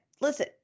listen